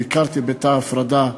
ביקרתי בתא הפרדה.